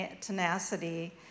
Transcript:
tenacity